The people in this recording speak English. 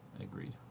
Agreed